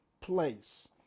place